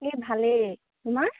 এই ভালেই তোমাৰ